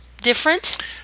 different